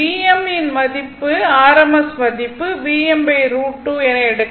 Vm யின் rms மதிப்பு Vm √2 என எடுக்கலாம்